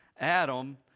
Adam